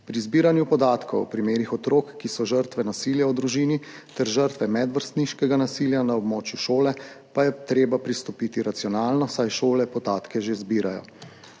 Pri zbiranju podatkov o primerih otrok, ki so žrtve nasilja v družini ter žrtve medvrstniškega nasilja na območju šole, pa je treba pristopiti racionalno, saj šole podatke že zbirajo.